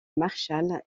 marshall